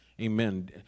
Amen